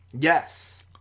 Yes